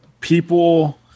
people